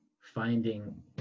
finding